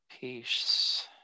peace